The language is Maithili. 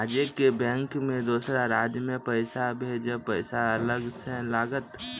आजे के बैंक मे दोसर राज्य मे पैसा भेजबऽ पैसा अलग से लागत?